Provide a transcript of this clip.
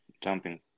Jumping